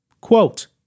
Quote